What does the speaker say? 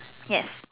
yes